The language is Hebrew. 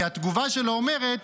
כי התגובה שלו אומרת: